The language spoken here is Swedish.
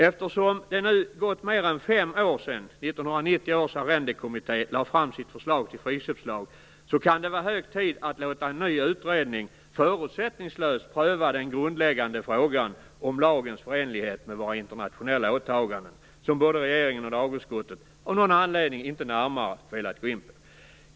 Eftersom det nu gått mer än fem år sedan 1990-års arrendekommitté lade fram sitt förslag till friköpslag kan det vara hög tid att låta en ny utredning förutsättningslöst pröva den grundläggande frågan om lagens förenlighet med våra internationella åtaganden, något som både regeringen och lagutskottet av någon anledning inte har velat gå in på närmare.